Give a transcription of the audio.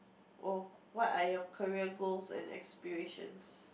oh what are your career goals and aspirations